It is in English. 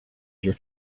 your